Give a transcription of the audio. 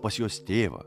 pas jos tėvą